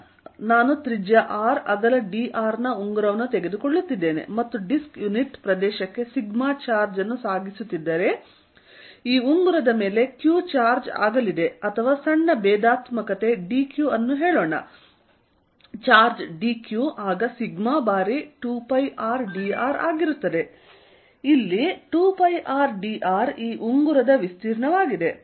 ನಾನು ತ್ರಿಜ್ಯ R ಅಗಲ dr ನ ಉಂಗುರವನ್ನು ತೆಗೆದುಕೊಳ್ಳುತ್ತಿದ್ದೇನೆ ಮತ್ತು ಡಿಸ್ಕ್ ಯುನಿಟ್ ಪ್ರದೇಶಕ್ಕೆ ಸಿಗ್ಮಾ ಚಾರ್ಜ್ ಅನ್ನು ಸಾಗಿಸುತ್ತಿದ್ದರೆ ಈ ಉಂಗುರದ ಮೇಲೆ Q ಚಾರ್ಜ್ ಆಗಲಿದೆ ಅಥವಾ ಸಣ್ಣ ಭೇದಾತ್ಮಕತೆ dQ ಅನ್ನು ಹೇಳೋಣ ಚಾರ್ಜ್ dQ ಆಗ ಸಿಗ್ಮಾ ಬಾರಿ 2πrdr ಆಗಿರುತ್ತದೆ ಇಲ್ಲಿ 2πrdr ಈ ಉಂಗುರದ ವಿಸ್ತೀರ್ಣವಾಗಿದೆ